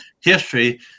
history